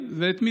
כי רצח נשים,